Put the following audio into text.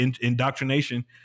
indoctrination